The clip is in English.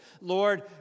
Lord